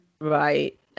right